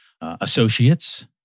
associates